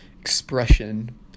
expression